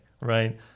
right